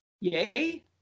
yay